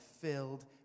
filled